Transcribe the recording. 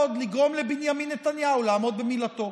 לגרום לבנימין נתניהו לעמוד במילתו,